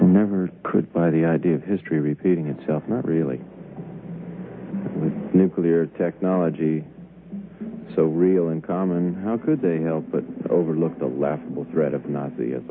computer never could buy the idea of history repeating itself not really with nuclear technology so real and common how could they help but overlook the laughable threat of not the